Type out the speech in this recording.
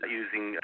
using